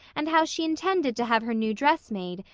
and how she intended to have her new dress made,